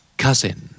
Cousin